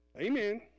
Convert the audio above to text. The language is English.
amen